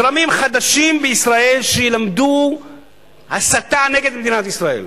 זרמים חדשים בישראל שילמדו הסתה נגד מדינת ישראל.